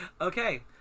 Okay